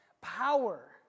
power